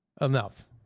enough